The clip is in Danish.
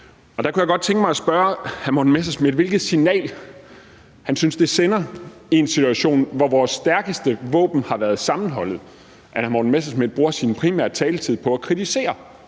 Der kunne jeg godt tænke mig at spørge hr. Morten Messerschmidt, hvilket signal han synes det sender i en situation, hvor vores stærkeste våben har været sammenholdet, at han bruger sin primære taletid på at kritisere